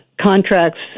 contracts